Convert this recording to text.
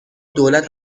دولت